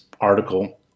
article